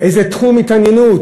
איזה תחום התעניינות.